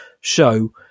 show